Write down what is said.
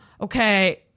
okay